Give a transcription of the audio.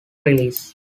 released